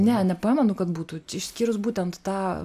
ne nepamenu kad būtų išskyrus būtent tą